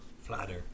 Flatter